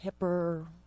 hipper